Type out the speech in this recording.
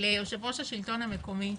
ליושב-ראש השלטון המקומי,